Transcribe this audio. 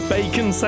Bacon